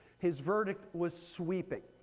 his verdict was sweeping.